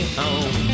home